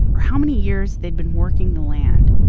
or how many years they'd been working the land.